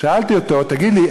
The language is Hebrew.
שאלתי אותו: תגיד לי,